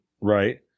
Right